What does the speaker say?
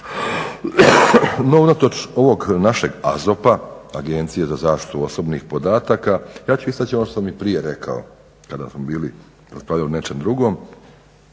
No unatoč ovog našeg AZOP-a, Agencije za zaštitu osobnih podataka, ja ću istači ono što sam i prije rekao kada smo bili raspravljali o nečem drugom.